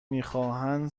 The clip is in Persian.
میخواهند